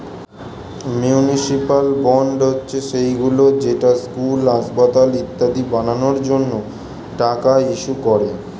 municipal bond হচ্ছে সেইগুলো যেটা স্কুল, হাসপাতাল ইত্যাদি বানানোর জন্য টাকা ইস্যু করে